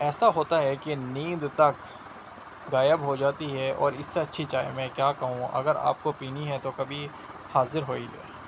ایسا ہوتا ہے کہ نیند تک غائب ہو جاتی ہے اور اس سے اچھی چائے میں کیا کہوں اگر آپ کو پینی ہے تو کبھی حاضر ہوئیے گا